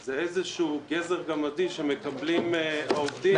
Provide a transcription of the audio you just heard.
היא איזשהו גזר גמדי שמקבלים העובדים.